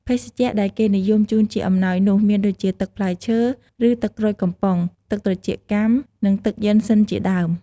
ភេសជ្ជៈដែលគេនិយមជូនជាអំណោយនោះ មានដូចជា ទឹកផ្លែឈើ ឬ ទឹកក្រូចកំប៉ុង ទឹកត្រចៀកកាំ និង ទឹកយុិនសិនជាដើម។